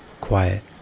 Quiet